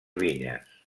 vinyes